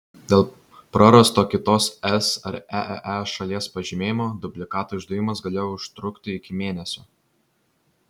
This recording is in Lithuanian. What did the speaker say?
dėl prarasto kitos es ar eee šalies pažymėjimo dublikato išdavimas galėjo užtrukti iki mėnesio